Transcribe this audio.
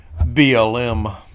BLM